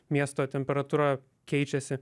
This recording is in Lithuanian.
miesto temperatūra keičiasi